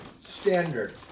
standard